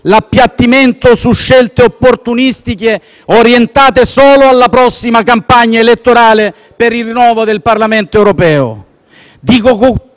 l'appiattimento su scelte opportunistiche orientate solo alla prossima campagna elettorale per il rinnovo del Parlamento europeo.